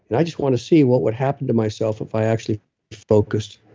and i just want to see what would happen to myself if i actually focused,